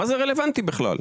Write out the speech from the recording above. מה זה רלוונטי, בכלל?